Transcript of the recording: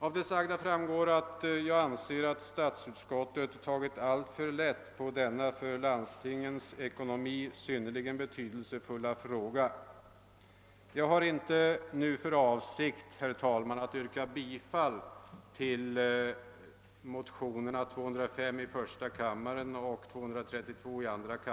Av det sagda framgår att jag anser att utskottet tagit alltför lätt på denna för landstingens ekonomi synnerligen betydelsefulla fråga. Jag har inte nu för avsikt, herr talman, att yrka bifall till motionerna I: 205 och II: 232.